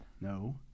No